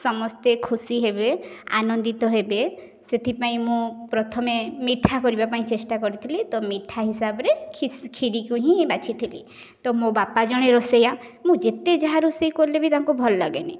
ସମସ୍ତେ ଖୁସି ହେବେ ଆନନ୍ଦିତ ହେବେ ସେଥିପାଇଁ ମୁଁ ପ୍ରଥମେ ମିଠା କରିବା ପାଇଁ ଚେଷ୍ଟା କରିଥିଲି ତ ମିଠା ହିସାବରେ କ୍ଷୀରିକୁ ହିଁ ବାଛିଥିଲି ତ ମୋ ବାପା ଜଣେ ରୋଷେଇଆ ମୁଁ ଯେତେ ଯାହା ରୋଷେଇ କଲେ ବି ତାଙ୍କୁ ଭଲ ଲାଗେନି